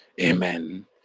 Amen